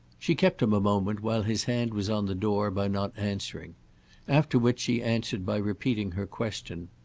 she kept him a moment, while his hand was on the door, by not answering after which she answered by repeating her question.